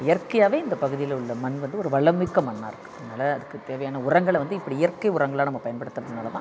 இயற்கையாகவே இந்தப் பகுதியில் உள்ள மண் வந்து ஒரு வளம் மிக்க மண்ணாக இருக்குது அதனால் அதுக்குத் தேவையான உரங்களை வந்து இப்படி இயற்கை உரங்களாக நம்ம பயன்படுத்துகிறதுனால தான்